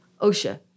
OSHA